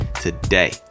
today